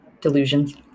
Delusions